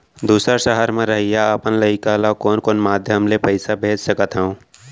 दूसर सहर म रहइया अपन लइका ला कोन कोन माधयम ले पइसा भेज सकत हव?